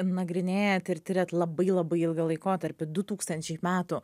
nagrinėjat ir tiriant labai labai ilgą laikotarpį du tūkstančiai metų